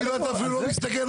כאילו אתה לא מסתכל,